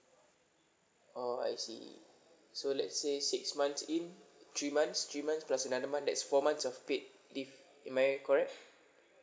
oh I see so let's say six months in three months three months plus another month that's four months of paid leave am I correct